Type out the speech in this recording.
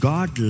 God